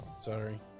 Sorry